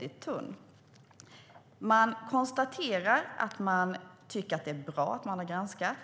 Regeringen konstaterar att den tycker att det är bra att man har granskat.